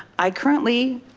i currently,